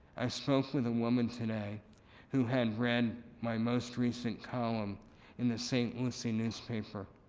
i spoke with a woman today who had read my most recent column in the st. lucie newspaper.